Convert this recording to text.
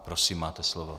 Prosím, máte slovo.